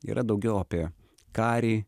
yra daugiau apie karį